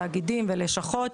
תאגידים ולשכות.